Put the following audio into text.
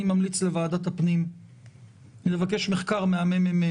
אני ממליץ לוועדת הפנים לבקש מחקר מהמ.מ.מ.